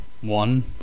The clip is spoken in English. One